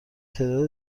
تعداد